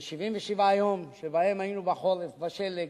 של 77 יום, שבהם היינו בחורף, בשלג,